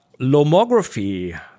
Lomography